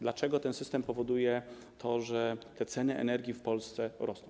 Dlaczego ten system powoduje to, że ceny energii w Polsce rosną?